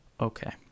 Okay